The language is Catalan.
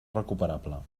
recuperable